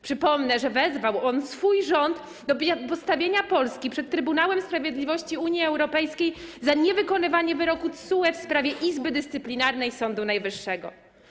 Przypomnę, że wezwał on swój rząd do postawienia Polski przed Trybunałem Sprawiedliwości Unii Europejskiej za niewykonywanie wyroku TSUE w sprawie Izby Dyscyplinarnej Sądu Najwyższego.